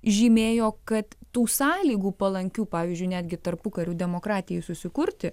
žymėjo kad tų sąlygų palankių pavyzdžiui netgi tarpukariu demokratijai susikurti